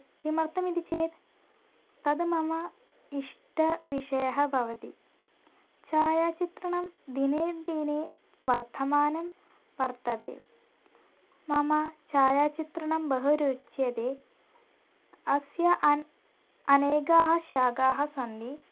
किमर्थमिति चेत् तद् मम इष्टविषयः भवति छायाचित्रणं दिने दिने वर्धमानं वर्तते मम छायाचित्रणं बहु रुच्यते अस्य अन् अनेकाः शाखाः सन्ति